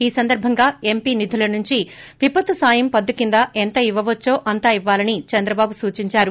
ఈ సందర్బంగా ఎంపీ నిధుల నుంచి విపత్తు సాయం పద్దుకింద ఎంత ఇవ్వవచ్చో అంతా ఇవ్వాలని చంద్రబాబు సూచించారు